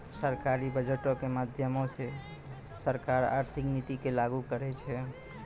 सरकारी बजटो के माध्यमो से सरकार आर्थिक नीति के लागू करै छै